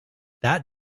that